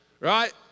right